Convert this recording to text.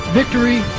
victory